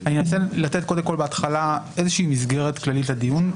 קודם כול אני אנסה לתת בהתחלה מסגרת כללית לדיון,